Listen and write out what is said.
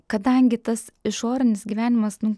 kadangi tas išorinis gyvenimas nu